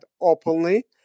openly